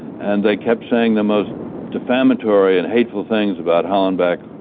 and they kept saying the most defamatory and hateful things about hallenbeck,